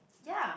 ya